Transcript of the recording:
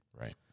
Right